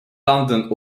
landen